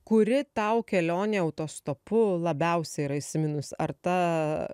kuri tau kelionė autostopu labiausiai yra įsiminus ar ta